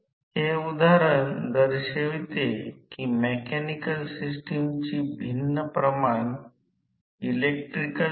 हे लक्षात घेतले जाऊ शकते की शक्ती निर्माण करण्यासाठी r2 ' 1 s 1 मध्ये आकृती 8 b मध्ये कोर लॉस समाविष्ट आहे